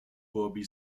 bobby